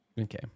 Okay